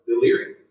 delirium